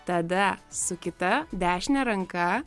tada su kita dešine ranka